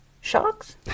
Sharks